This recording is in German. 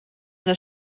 der